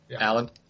Alan